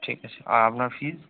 ঠিক আছে আর আপনার ফিজ